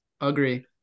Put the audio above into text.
Agree